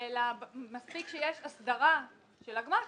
מספיק שיש הסדרה של הגמ"חים,